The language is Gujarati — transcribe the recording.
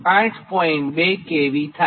2 kV થાય